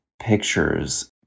pictures